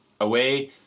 away